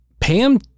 Pam